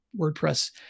WordPress